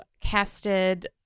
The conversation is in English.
casted